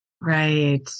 Right